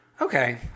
Okay